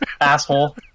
asshole